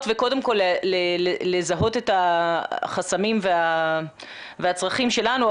וקודם כל לזהות את החסמים והצרכים שלנו,